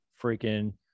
freaking